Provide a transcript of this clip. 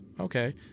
okay